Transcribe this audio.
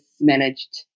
managed